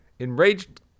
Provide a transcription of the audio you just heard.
Enraged